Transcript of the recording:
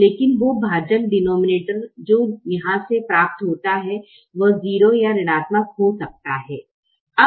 लेकिन वो भाजक जो यहाँ से प्राप्त होता है वह 0 या ऋणात्मक हो सकता है